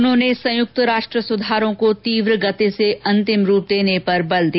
उन्होंने संयुक्त राष्ट्र सुधारों को तीव्र गति से अंतिम रूप देने पर बल दिया